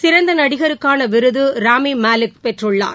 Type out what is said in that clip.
சிறந்த நடிகருக்கான விருது ராமின் மாலேக் பெற்றுள்ளார்